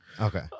Okay